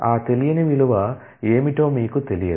ఆ తెలియని విలువ ఏమిటో మీకు తెలియదు